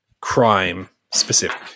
crime-specific